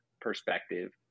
perspective